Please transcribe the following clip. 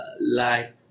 life